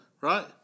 Right